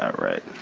ah right.